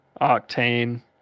octane